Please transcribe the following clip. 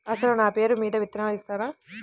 అసలు నా పేరు మీద విత్తనాలు ఇస్తారా?